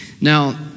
Now